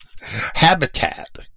habitat